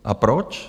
A proč?